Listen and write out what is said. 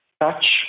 touch